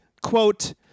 quote